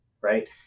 Right